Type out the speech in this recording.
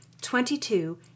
twenty-two